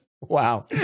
Wow